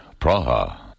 Praha